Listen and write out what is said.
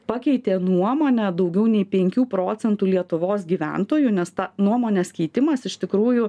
pakeitė nuomonę daugiau nei penkių procentų lietuvos gyventojų nes ta nuomonės keitimas iš tikrųjų